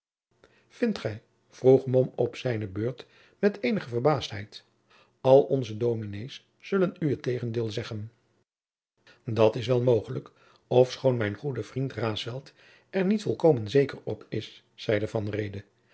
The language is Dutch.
vindt gij vroeg mom op zijne beurt met eenige verbaasdheid alle onze dominées zullen u het tegendeel zeggen dat is wel mogelijk ofschoon mijn goede jacob van lennep de pleegzoon vriend raesfelt er niet volkomen zeker op is zeide